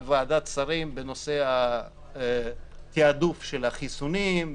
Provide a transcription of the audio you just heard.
ועדת שרים בנושא התעדוף של החיסונים,